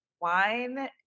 wine